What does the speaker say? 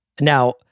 Now